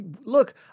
look